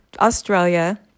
Australia